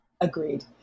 Agreed